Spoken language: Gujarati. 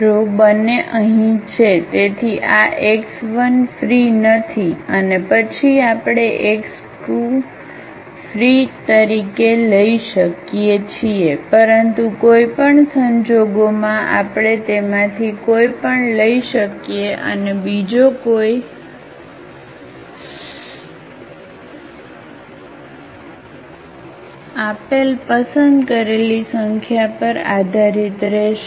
તેથી આ x1ફ્રી નથી અને પછી આપણે x2ફ્રી તરીકે લઈ શકીએ છીએ પરંતુ કોઈ પણ સંજોગોમાં આપણે તેમાંથી કોઈ પણ લઈ શકીએ છીએ અને બીજો કોઈ આપેલ પસંદ કરેલી સંખ્યા પર આધારિત રહેશે